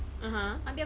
(uh huh)